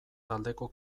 taldeko